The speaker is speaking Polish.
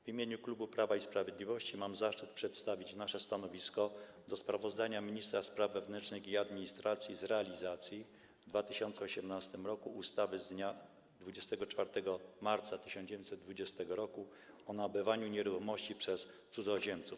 W imieniu klubu Prawa i Sprawiedliwości mam zaszczyt przedstawić nasze stanowisko wobec sprawozdania ministra spraw wewnętrznych i administracji z realizacji w 2018 r. ustawy z dnia 24 marca 1920 r. o nabywaniu nieruchomości przez cudzoziemców.